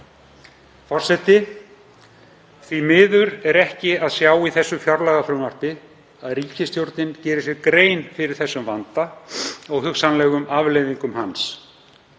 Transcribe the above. Forseti. Því miður er ekki að sjá í þessu fjárlagafrumvarpi að ríkisstjórnin geri sér grein fyrir þessum vanda og hugsanlegum afleiðingum hans;